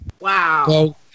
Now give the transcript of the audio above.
Wow